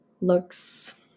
looks